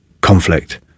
conflict